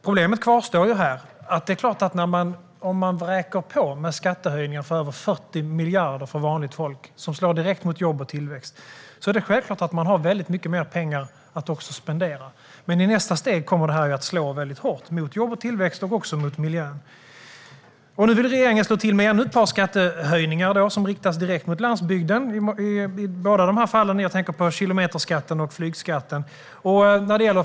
Problemet kvarstår, nämligen att om man vräker på med skattehöjningar på över 40 miljarder för vanligt folk, som slår direkt mot jobb och tillväxt, är det självklart att man får mycket mer pengar att spendera. I nästa steg kommer det att slå hårt mot jobb och tillväxt och även mot miljön. Nu vill regeringen slå till med ännu ett par skattehöjningar som riktas direkt mot landsbygden. I båda fallen tänker jag på kilometerskatten och flygskatten.